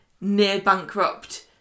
near-bankrupt